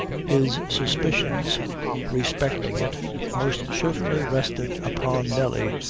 his suspicions respecting it most certainly rested upon. nelly,